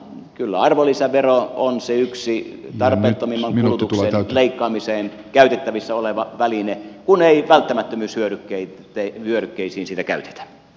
kyllä arvonlisävero on se yksi tarpeettomimman kulutuksen leikkaamiseen käytettävissä oleva väline kun ei välttämättömyyshyödykkeisiin sitä käytetä